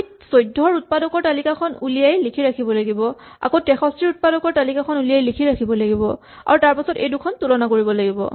আমি ১৪ ৰ উৎপাদকৰ তালিকাখন উলিয়াই লিখি ৰাখিব লাগিব আকৌ ৬৩ ৰ উৎপাদকৰ তালিকাখন উলিয়াই লিখি ৰাখিব লাগিব আৰু তাৰপাছত এই দুইখন তুলনা কৰিব লাগিব